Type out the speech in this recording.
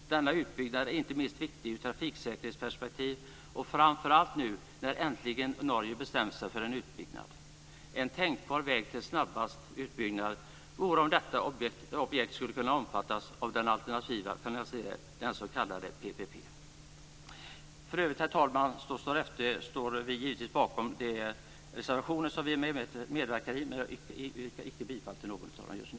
Denna utbyggnad är viktig inte minst ur trafiksäkerhetsperspektiv, framför allt nu när Norge äntligen bestämt sig för en utbyggnad. En tänkbar väg till snabbare utbyggnad är att detta objekt omfattas av den alternativa finansieringen, den s.k. PPP. Herr talman! För övrigt står vi givetvis bakom de reservationer som vi medverkat i, men jag yrkar inte bifall till någon av dem just nu.